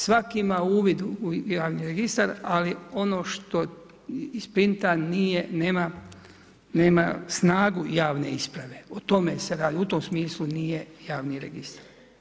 Svak' ima uvid u javni registar, ali ono što isprinta nema snagu javne isprave, o tome se radi, u tom smislu nije javni registar.